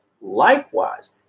Likewise